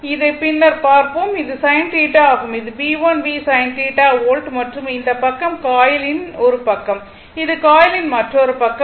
இதை பின்னர் பார்ப்போம் இது sin θ ஆகும் இது Bl v sin θ வோல்ட் மற்றும் இந்த பக்கம் காயிலின் ஒரு பக்கம் இது காயிலின் மற்றொரு பக்கம்